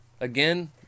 Again